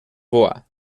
boa